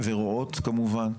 ורועות, כמובן.